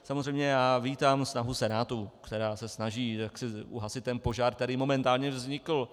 Samozřejmě já vítám snahu Senátu, která se snaží uhasit ten požár, který momentálně vznikl.